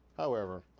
however,